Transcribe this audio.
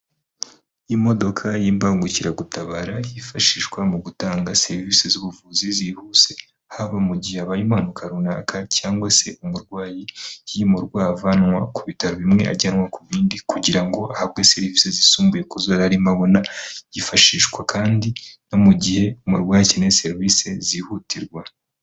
Imodoka y'imbangukiragutabara yifashishwa mu gutanga serivise z'ubuvuzi zihuse, haba mu gihe habaye impanuka runaka cyangwa se umurwayi yimurwa avanwa ku bitaro bimwe ajyanwa ku bindi kugira ngo ahabwe serivise zisumbuye kuzo yari arimo abona byifashishwa kandi no mu gihe umurwayi akeneye serivise zihutirwa.